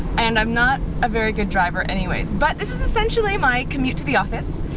and i'm not a very good driver anyways, but this is essentially my commute to the office.